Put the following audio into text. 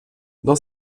dans